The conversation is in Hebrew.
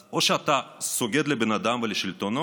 אז או שאתה סוגד לבן אדם ולשלטונו,